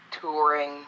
Touring